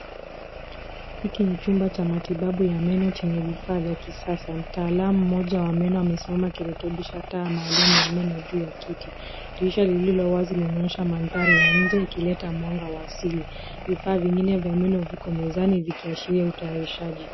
Hiki ni chumba cha matibabu ya meno chenye vifaa vya kisasa. Mtaalam mmoja wa meno amesimama akirekebisha taa maalum juu ya kiti. Dirisha lililo wazi linaonyesha mandhari ya nje ikileta mwanga wa asili. Vifaa vingine vya meno viko mezani vikiashiria utayarishaji.